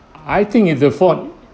I think it's your fault